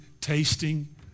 tasting